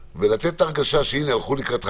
המסר החשוב הוא שברגע שהוא בא, הוא מרוויח.